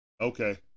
Okay